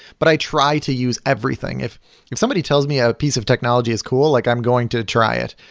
but i try to use everything. if if somebody tells me a piece of technology is cool, like i'm going to try it.